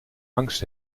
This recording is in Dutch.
angst